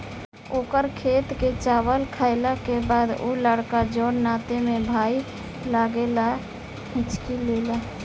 ओकर खेत के चावल खैला के बाद उ लड़का जोन नाते में भाई लागेला हिच्की लेता